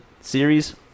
series